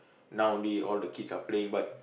now only all the kids are playing but